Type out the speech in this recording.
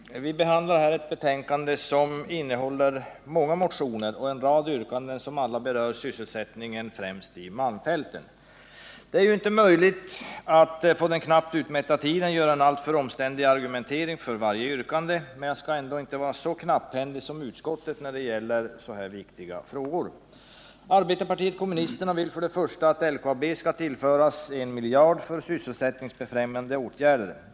Herr talman! Vi behandlar här ett betänkande som innehåller många motioner och en rad yrkanden som alla berör sysselsättningen, främst i malmfälten. Det är inte möjligt att på den knappt utmätta tiden utveckla en alltför omständlig argumentering för varje yrkande, men jag skall ändå inte vara så knapphändig som utskottet när det gäller så här viktiga frågor. Arbetarpartiet kommunisterna vill för det första att LKAB skall tillföras en miljard kronor för sysselsättningsfrämjande åtgärder.